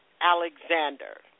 Alexander